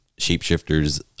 shapeshifters